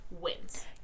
wins